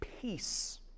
peace